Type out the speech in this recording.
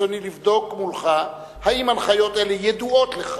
ברצוני לבדוק מולך אם הנחיות אלה ידועות לך,